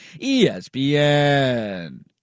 ESPN